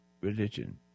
religion